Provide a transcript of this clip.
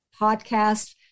podcast